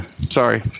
Sorry